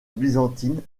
byzantine